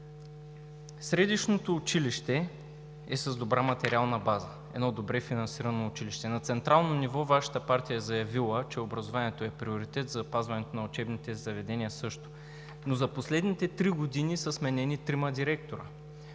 Средищното училище е с добра материална база, едно добре финансирано училище. На централно ниво Вашата партия е заявила, че образованието е приоритет, запазването на учебните заведения – също, но за последните три години са сменени трима директори.